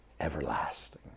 everlasting